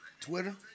Twitter